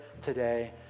today